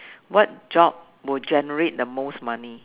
what job will generate the most money